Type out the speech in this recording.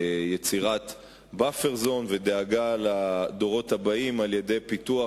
יצירת buffer zone ודאגה לדורות הבאים על-ידי פיתוח